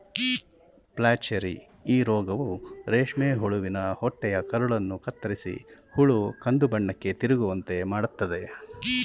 flacherie ಈ ರೋಗವು ರೇಷ್ಮೆ ಹುಳುವಿನ ಹೊಟ್ಟೆಯ ಕರುಳನ್ನು ಕತ್ತರಿಸಿ ಹುಳು ಕಂದುಬಣ್ಣಕ್ಕೆ ತಿರುಗುವಂತೆ ಮಾಡತ್ತದೆ